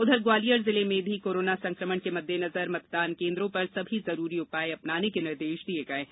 उधर ग्वालियर जिले में भी कोरोना संकमण के मददेनजर मतदान केन्द्रों पर सभी जरूरी उपाय अपनाने के निर्देश दिये गये हैं